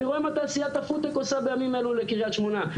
אני רואה מה תעשיית הפודטק עושה בימים אלו לקריית שמונה,